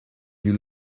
you